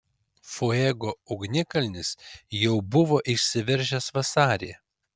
fuego ugnikalnis jau buvo išsiveržęs vasarį